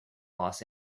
los